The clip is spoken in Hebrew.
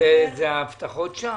זה הבטחות שווא.